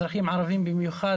אזרחים ערבים במיוחד,